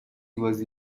بازی